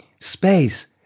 space